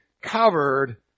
covered